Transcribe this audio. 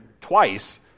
twice